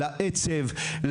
לעצב,